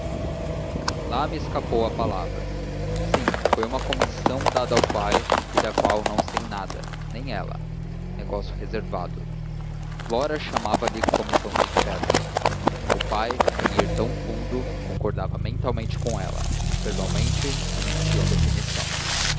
lá me escapou a palavra sim foi uma comissão dada ao pai e da qual não sei nada nem ela negócio reservado flora chamava-lhe comissão do inferno o pai sem ir tão fundo concordava mentalmente com ela verbalmente desmentia a definição